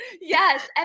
Yes